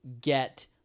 get